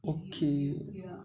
okay